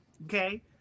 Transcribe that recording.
Okay